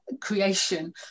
creation